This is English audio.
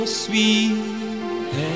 sweet